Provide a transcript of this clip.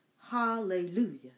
Hallelujah